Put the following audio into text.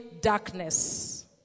darkness